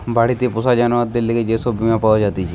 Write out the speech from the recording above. বাড়িতে পোষা জানোয়ারদের লিগে যে সব বীমা পাওয়া জাতিছে